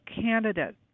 candidate